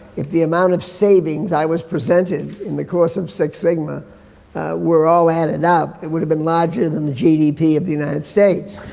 if the amount of savings i was presented in the course of six sigma were all added up, it would have been larger than the gdp of the united states.